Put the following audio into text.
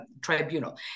tribunal